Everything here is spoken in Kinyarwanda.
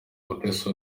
mutesi